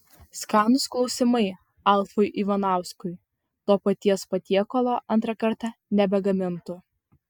skanūs klausimai alfui ivanauskui to paties patiekalo antrą kartą nebegamintų